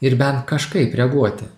ir bent kažkaip reaguoti